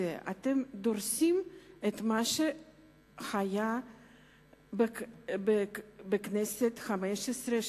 אתם דורסים את מה שהיה בכנסת החמש-עשרה,